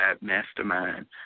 Mastermind